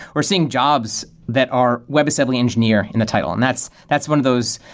or seeing jobs that are webassembly engineer in the title. and that's that's one of those,